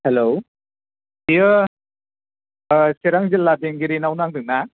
hello बियो चिरां जिल्ला बेंगिरिनाव नांदों ना